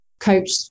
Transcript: coach